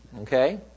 okay